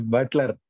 Butler